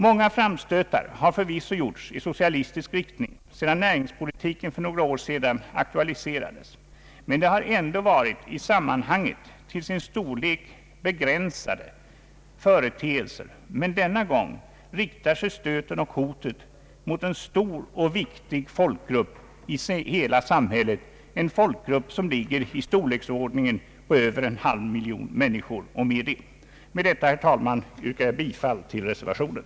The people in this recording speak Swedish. Många framstötar har förvisso gjorts i socialistisk riktning, sedan näringspolitiken för några år sedan aktualiserades, men det har ändå varit i sammanhanget till sin storlek begränsade företeelser. Denna gång riktar sig emellertid stöten och hotet mot en stor och viktig folkgrupp i samhället, en folkgrupp som ligger i storleksordningen på över en halv miljon människor. Med detta, herr talman, yrkar jag bifall till reservationen.